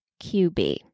QB